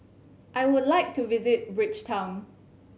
I would like to visit Bridgetown